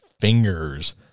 fingers